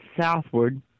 southward